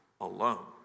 alone